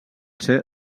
ser